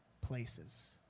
places